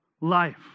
life